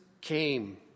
came